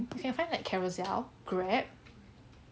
you can find like carousell grab